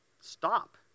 Stop